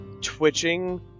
twitching